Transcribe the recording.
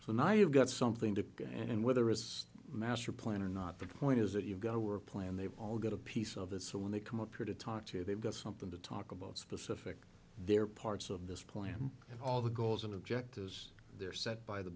so now i have got something to go and whether it's a master plan or not the point is that you've got a work plan they've all got a piece of it so when they come up here to talk to they've got something to talk about specific they're parts of this plan all the goals and objectives they're set by the